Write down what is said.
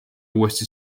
uuesti